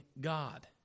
God